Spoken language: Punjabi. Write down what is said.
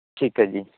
ਠੀਕ ਐ ਜੀ